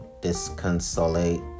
disconsolate